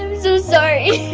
um so sorry.